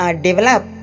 develop